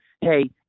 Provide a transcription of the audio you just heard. hey